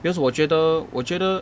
because 我觉得我觉得